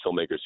filmmakers